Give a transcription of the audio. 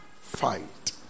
fight